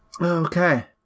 Okay